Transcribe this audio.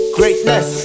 Greatness